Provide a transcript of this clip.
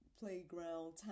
playground